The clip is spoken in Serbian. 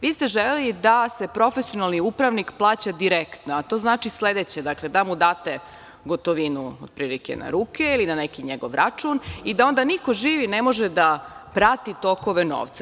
Vi ste želeli da se profesionalni upravnik plaća direktno, a to znači sledeće – da mu date gotovinu na ruke ili na neki njegov račun i da onda niko živi ne može da prati tokove novca.